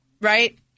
right